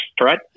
right